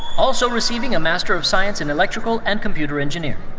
also receiving a master of science in electrical and computer engineering.